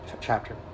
chapter